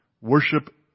Worship